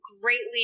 greatly